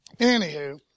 Anywho